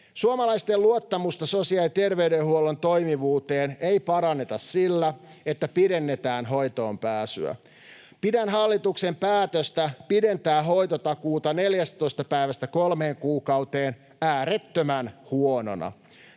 Suomalaisten luottamusta sosiaali- ja terveydenhuollon toimivuuteen ei paranneta sillä, että pidennetään hoitoonpääsyä. Pidän hallituksen päätöstä pidentää hoitotakuuta 14 päivästä kolmeen kuukauteen äärettömän huonona.